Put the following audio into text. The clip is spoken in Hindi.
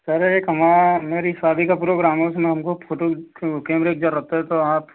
कह रहे है एक हमा मेरी शादी का प्रोग्राम है उसमें हमको फोटो कैमरे की जरूरत है तो आप